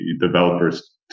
developers